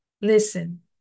Listen